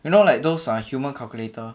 you know like those uh human calculator